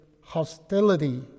hostility